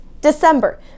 December